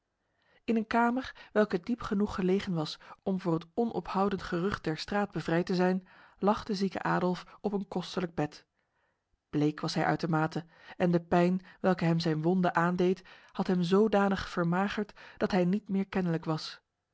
in een kamer welke diep genoeg gelegen was om voor het onophoudend gerucht der straat bevrijd te zijn lag de zieke adolf op een kostelijk bed bleek was hij uitermate en de pijn welke hem zijn wonde aandeed had hem zodanig vermagerd dat hij niet meer kennelijk was